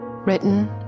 Written